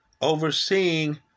overseeing